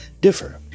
differ